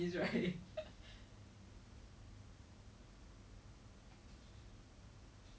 then like who else is gonna carry the family we are the sandwich generation but then is really like